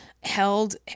held